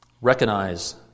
Recognize